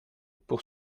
pour